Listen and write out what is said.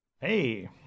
Hey